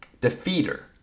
Defeater